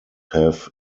have